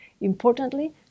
Importantly